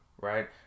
right